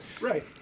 Right